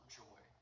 joy